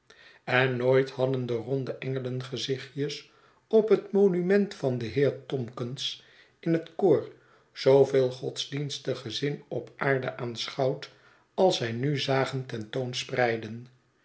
en nooit hadden de ronde engelengezichtjes op het monument van den heer tomkens in het koor zooveel godsdienstigen zin op aarde aanschouwd als zij nu zagen